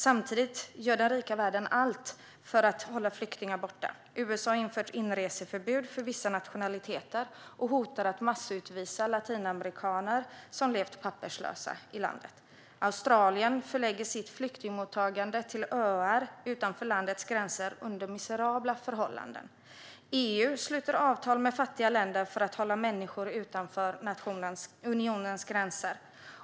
Samtidigt gör den rika världen allt för att hålla flyktingar borta. USA har infört inreseförbud för vissa nationaliteter och hotar att massutvisa latinamerikaner som levt papperslösa i landet. Australien förlägger sitt flyktingmottagande till öar utanför landets gränser under miserabla förhållanden. EU sluter avtal med fattiga länder för att hålla människor utanför unionens gränser.